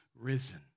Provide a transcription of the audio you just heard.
risen